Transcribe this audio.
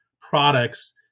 products